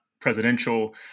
presidential